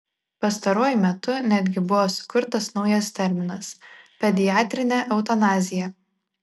pastaruoju metu netgi buvo sukurtas naujas terminas pediatrinė eutanazija